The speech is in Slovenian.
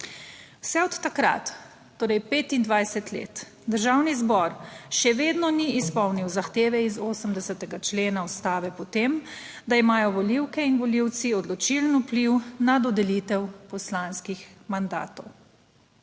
Vse od takrat, torej 25 let, Državni zbor še vedno ni izpolnil zahteve iz 80. člena ustave po tem, da imajo volivke in volivci odločilen vpliv na dodelitev poslanskih mandatov.